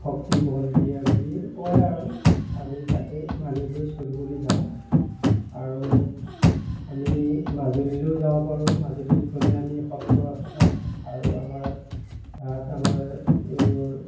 শক্তি বল দিয়ে বুলি কয় আৰু আমি তাকে মানি লৈ চলিবলৈ যাওঁ আৰু আমি মাজুলীলৈও যাব পাৰোঁ মাজুলীত গ'লে আমি সত্ৰ আছে তাত আৰু আমাৰ তাত আমাৰ এইবোৰ